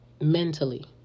mentally